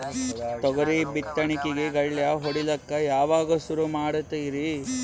ತೊಗರಿ ಬಿತ್ತಣಿಕಿಗಿ ಗಳ್ಯಾ ಹೋಡಿಲಕ್ಕ ಯಾವಾಗ ಸುರು ಮಾಡತೀರಿ?